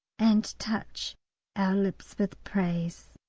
and touch our lips with praise.